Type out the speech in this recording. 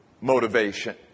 motivation